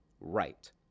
right